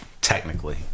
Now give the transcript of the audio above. Technically